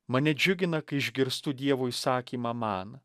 mane džiugina kai išgirstu dievo įsakymą man